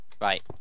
Right